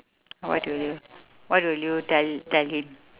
what do you what will you tell tell him